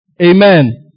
Amen